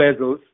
bezels